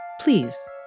please